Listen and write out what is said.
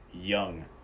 young